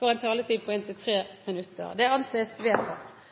får en taletid på inntil 3 minutter. – Det anses vedtatt.